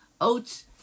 oats